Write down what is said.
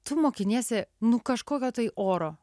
tu mokiniesi nu kažkokio tai oro